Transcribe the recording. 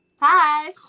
Hi